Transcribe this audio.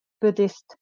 Buddhist